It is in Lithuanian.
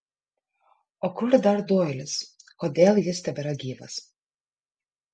o kur dar doilis kodėl jis tebėra gyvas